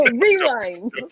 Rewind